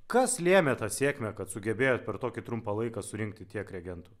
kas lėmė tą sėkmę kad sugebėjot per tokį trumpą laiką surinkti tiek reagentų